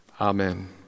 Amen